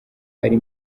ari